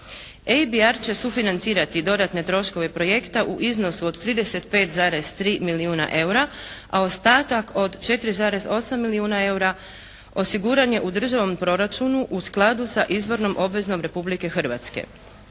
ABR će sufinancirati dodatne troškove projekta u iznosu od 35,3 milijuna eura, a ostatak od 4,8 milijuna eura osiguran je u državnom proračunu u skladu sa izbornom obvezom Republike Hrvatske.